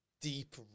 deep